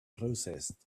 processed